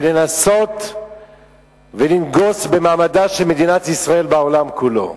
ולנסות ולנגוס במעמדה של מדינת ישראל בעולם כולו.